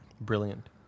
Brilliant